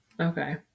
Okay